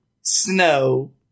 Snow